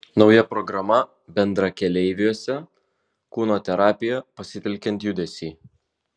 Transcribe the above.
nauja programa bendrakeleiviuose kūno terapija pasitelkiant judesį